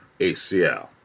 ACL